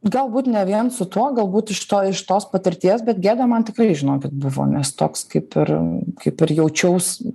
galbūt ne vien su tuo galbūt iš to iš tos patirties bet gėda man tikrai žinokit buvo nes toks kaip ir kaip ir jaučiaus